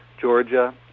Georgia